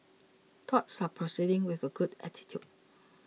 talks are proceeding with a good attitude